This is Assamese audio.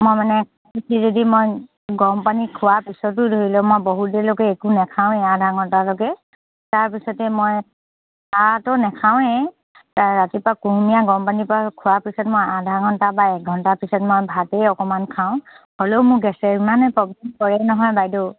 মই মানে যদি মই গৰম পানী খোৱাৰ পিছতো ধৰি লওক মই বহু দেৰিলৈকে একো নেখাওঁৱে আধা ঘণ্টালৈকে তাৰপিছতে মই নেখাওঁৱেই ৰাতিপুৱা কুহমীয়া গৰম পানীৰ খোৱাৰ পিছত মই আধা ঘণ্টা বা এক ঘণ্টাৰ পিছত মই ভাতেই অকমান খাওঁ হ'লেও মোৰ গেছে ইমানে প্ৰব্লেম কৰে নহয় বাইদেউ